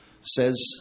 says